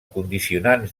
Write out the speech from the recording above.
condicionants